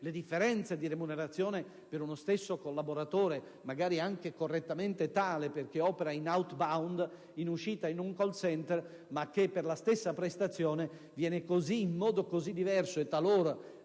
le differenze di remunerazione per uno stesso collaboratore, magari anche correttamente tale perché opera in *outbound* in un *call center*, ma che per la stessa prestazione viene retribuito in modo così diverso e talora